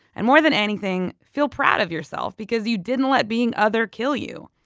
and, more than anything, feel proud of yourself because you didn't let being other kill you.